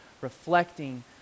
reflecting